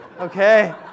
Okay